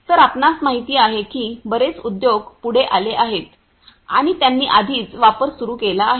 तरआपणास माहित आहे की बरेच उद्योग पुढे आले आहेत आणि त्यांनी आधीच वापर सुरू केला आहे